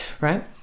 right